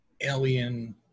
alien